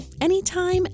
anytime